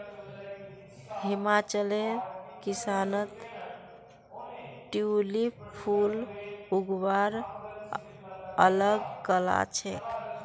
हिमाचलेर किसानत ट्यूलिप फूल उगव्वार अल ग कला छेक